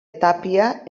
tàpia